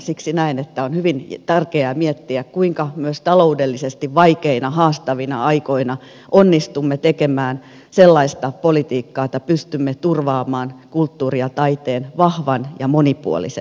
siksi näin että on hyvin tärkeää miettiä kuinka myös taloudellisesti vaikeina haastavina aikoina onnistumme tekemään sellaista politiikkaa että pystymme turvaamaan kulttuurin ja taiteen vahvan ja monipuolisen pohjan